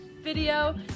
video